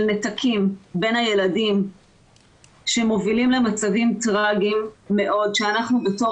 של נתקים בין הילדים שמובילים למצבים טרגיים מאוד שאנחנו בתור